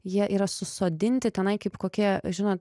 jie yra susodinti tenai kaip kokie žinot